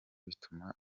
bituma